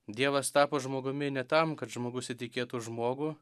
dievas tapo žmogumi ne tam kad žmogus įtikėtų žmogų